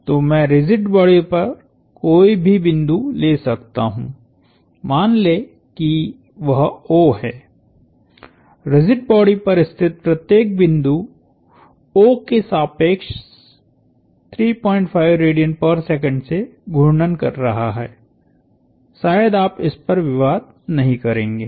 तो मैं rigid body पर कोई भी बिंदु ले सकता हु मान लें कि वह O है रिजिड बॉडी पर स्थित प्रत्येक बिंदु O के सापेक्षसे घूर्णन कर रहा है शायद आप इस पर विवाद नहीं करेंगे